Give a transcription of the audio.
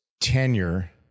tenure